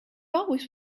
always